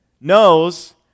knows